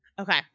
Okay